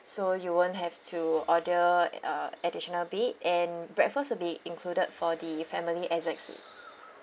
so you won't have to order uh additional bed and breakfast will be included for the family exec~ suite